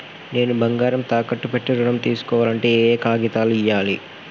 నేను బంగారం తాకట్టు పెట్టి ఋణం తీస్కోవాలంటే ఏయే కాగితాలు ఇయ్యాలి?